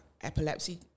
epilepsy